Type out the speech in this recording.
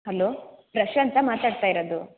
hello Prashant ಮಾತಾಡ್ತಾ ಇರೋದು